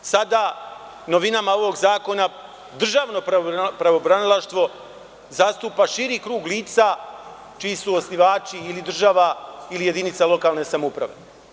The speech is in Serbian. Novinama ovog zakona državno pravobranilaštvo zastupa širi krug lica čiji su osnivači ili država ili jedinica lokalne samouprave.